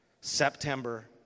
September